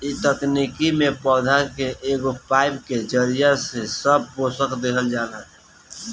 ए तकनीकी में पौधा के एगो पाईप के जरिया से सब पोषक देहल जाला